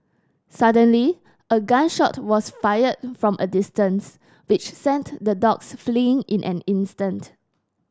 suddenly a gun shot was fired from a distance which sent the dogs fleeing in an instant